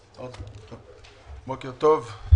בוקר טוב.